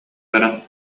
баран